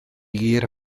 gur